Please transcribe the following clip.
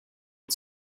and